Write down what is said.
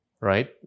right